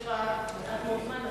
יש לך מעט מאוד זמן,